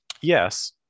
Yes